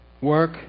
work